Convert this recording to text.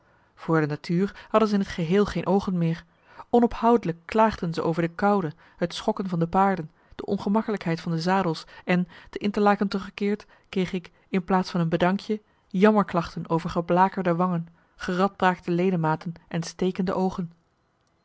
voor de natuur hadden zij in t geheel geen oogen meer onophoudelijk klaagden ze over de koude het schokken van de paarden de ongemakkelijkheid van de zadels en te interlaken teruggekeerd kreeg ik in plaats van een bedankje jammerklachten over geblakerde wangen geradbraakte ledematen en stekende oogen